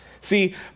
See